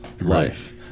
life